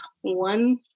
one